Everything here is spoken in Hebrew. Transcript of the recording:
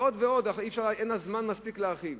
ועוד ועוד, אין מספיק זמן להרחיב.